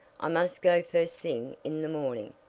i must go first thing in the morning.